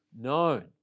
known